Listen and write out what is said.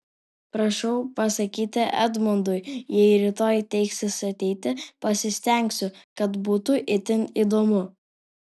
prašau pasakyti edmundui jei rytoj teiksis ateiti pasistengsiu kad būtų itin įdomu